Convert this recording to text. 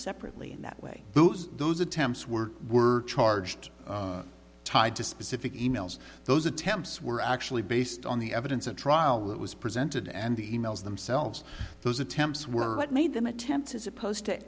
separately in that way those those attempts were were charged tied to specific e mails those attempts were actually based on the evidence at trial that was presented and the e mails themselves those attempts were what made them attempt as opposed to